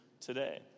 today